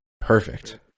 perfect